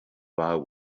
vow